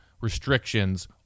restrictions